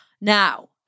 Now